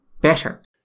better